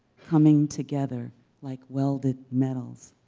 coming together like welded metals.